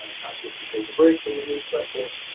not just to take a break from the mood cycle,